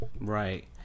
Right